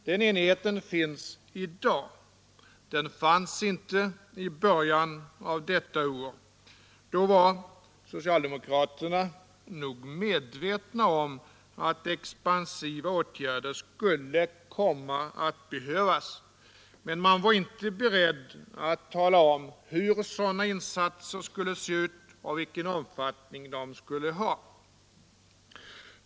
Den enigheten finns i dag; den fanns inte i början av detta år. Då var nog socialdemokraterna medvetna om att expansiva åtgärder skulle komma att behövas, men man var inte beredd att tala om hur sådana insatser skulle se ut och vilken omfattning de skulle ha.